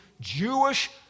Jewish